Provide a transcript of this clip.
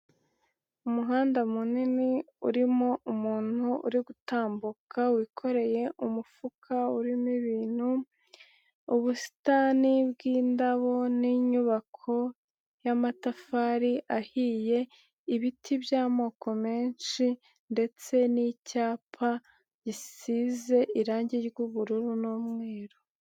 Umuhanda munini urimo umuntu uri gutambuka wikoreye umufuka urimo ibintu, ubusitani bw'indabo n'inyubako y'amatafari ahiye, ibiti by'amoko menshi ndetse n'icyapa gisize irangi ry'ubururu n'umweru.